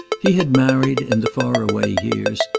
he had married, in the far-away years,